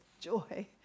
joy